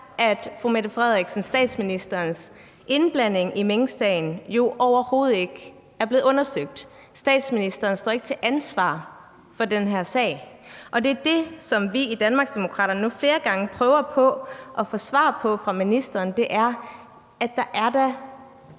at statsministerens indblanding i minksagen overhovedet ikke er blevet undersøgt. Statsministeren står ikke til ansvar i den her sag, og det er det, som vi i Danmarksdemokraterne nu flere gange prøver på at få svar på fra ministerens side,